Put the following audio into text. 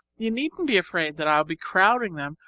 you needn't be afraid that i'll be crowding them,